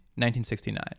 1969